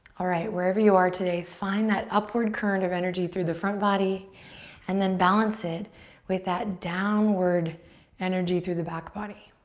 alright, wherever you are today, find that upward current of energy through the front body and then balance it with that downward energy through the back body.